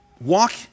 walk